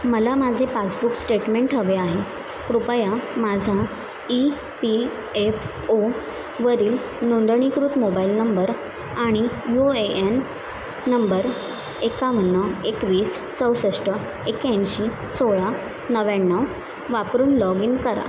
मला माझे passbook statement हवे आहे कृपया माझा ई पी एफ ओवरील नोंदणीकृत मोबाईल नंबर आणि यू ए एन नंबर एकावन्न एकवीस चौसष्ठ एक्याऐंशी सोळा नव्याण्णव वापरून लॉग इन करा